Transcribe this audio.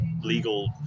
legal